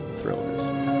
Thrillers